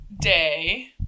day